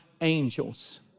angels